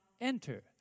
enter